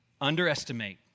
underestimate